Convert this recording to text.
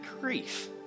grief